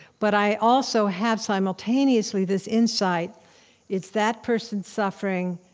but i also have, simultaneously, this insight it's that person suffering,